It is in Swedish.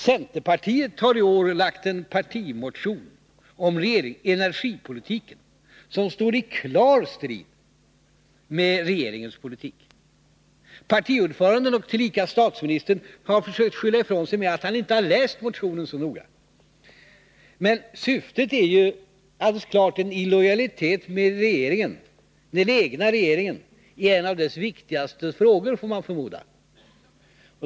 Centerpartiet har i år väckt en partimotion om energipolitiken som står i klar strid mot regeringens politik. Partiordföranden och tillika statsministern har försökt skylla ifrån sig med att han inte har läst motionen så noga. Men syftet är helt klart en illojalitet mot den egna regeringen, i en av dess viktigaste frågor, får man förmoda.